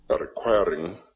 requiring